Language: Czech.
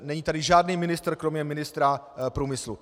Není tady žádný ministr kromě ministra průmyslu!